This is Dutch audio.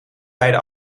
beide